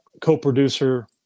co-producer